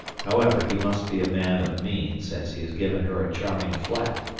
however, he must be a man of means, as he has given her a charming flat,